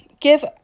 give